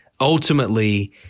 ultimately